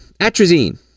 Atrazine